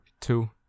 two